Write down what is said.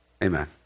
amen